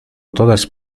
todas